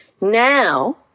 Now